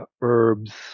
herbs